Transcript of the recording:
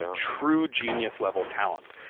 true genius level talents.